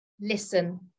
Listen